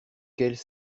quels